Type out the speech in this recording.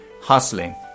hustling